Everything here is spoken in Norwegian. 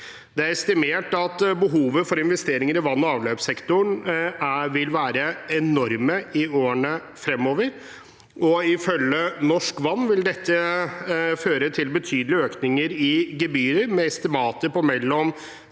Det er estimert at behovet for investeringer i vann- og avløpssektoren vil være enormt i årene fremover. Ifølge Norsk Vann vil dette føre til betydelige økninger i gebyrer, med estimater på mellom